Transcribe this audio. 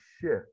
shift